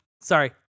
sorry